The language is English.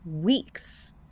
weeks